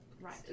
right